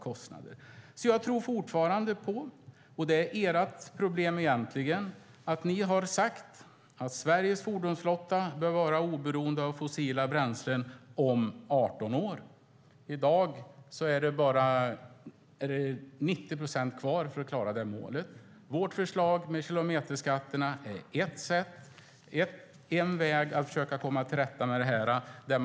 Fortfarande tror jag på - egentligen är detta ert problem - det ni sagt om att Sveriges fordonsflotta om 18 år bör vara oberoende av fossila bränslen. Men i dag återstår 90 procent för att klara det målet. Vårt förslag om kilometerskatt är en väg att försöka komma till rätta med problemen.